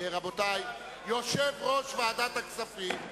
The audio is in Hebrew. רבותי, יושב-ראש ועדת הכספים.